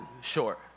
short